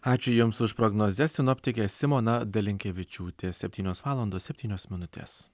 ačiū jums už prognozes sinoptikė simona dalinkevičiūtė septynios valandos septynios minutės